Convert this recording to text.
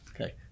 Okay